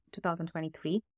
2023